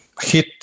hit